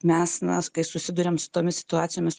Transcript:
mes na kai susiduriam su tomis situacijomis